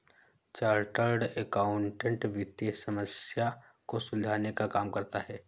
chartered accountant वित्तीय समस्या को सुलझाने का काम करता है